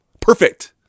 Perfect